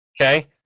okay